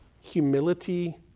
humility